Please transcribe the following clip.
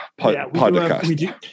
Podcast